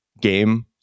game